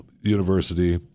university